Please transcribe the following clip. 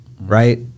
Right